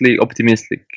optimistic